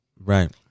right